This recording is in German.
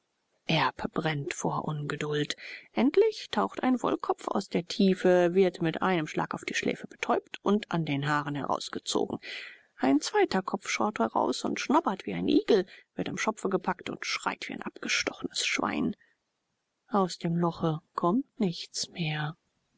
erb brennt vor ungeduld endlich taucht ein wollkopf aus der tiefe wird mit einem schlag auf die schläfe betäubt und an den haaren herausgezogen ein zweiter kopf schaut heraus und schnobert wie ein igel wird am schopfe gepackt und schreit wie ein abgestochenes schwein aus dem loche kommt nichts mehr